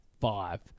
five